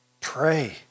Pray